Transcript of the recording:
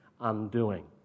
undoing